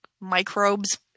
microbes